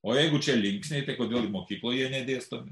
o jeigu čia linksniai tai kodėl mokykloje jie nedėstomi